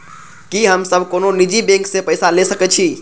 की हम सब कोनो निजी बैंक से पैसा ले सके छी?